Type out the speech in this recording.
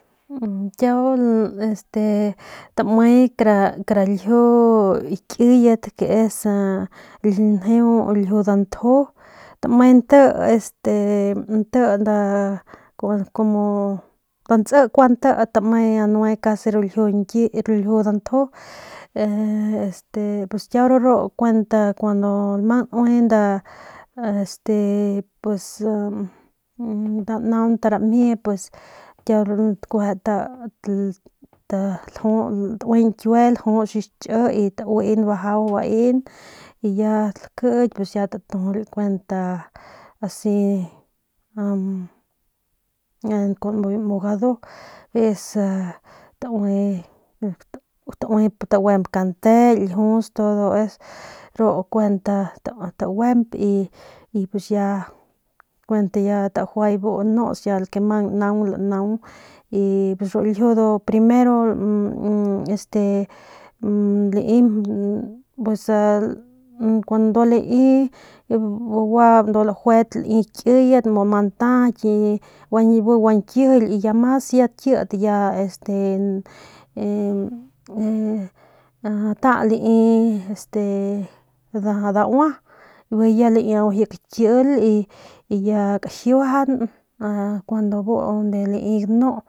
Kiau este tame kara ljiu ki kiyet ke es njeu ljiu dantju tame este nti nda como nda ntsi kua nti tame casi nue ru ljiu dantju este pues kiau de ru kuenta kuando lamang nue nda este pus nda naunt ramjie kiau nda lju taui ñkiue lajuts biu xchi y tauin bajau baing y ya lakiky ya latajau kunta asi mu gadu es a tauip taguemp kante ljius todo es taguemp y pus ya kuent ya tajuay y ya bu nuts y nau mang naung u lanaung y ru ljiu ndu primero este pues a kun ndua lai lajuet kiyat ma ntaky bi gua ñkijily ya mas ya kit ya este ta lai este daua bijiy ya laiau ji kakil y ya kajiuajan kun bu lai ljiu.